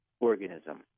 organism